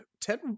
Ted